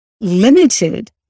limited